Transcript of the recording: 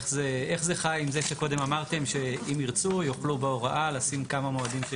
איך זה חי עם זה שקודם אמרתם שאם ירצו יוכלו בהוראה לשים כמה מועדים,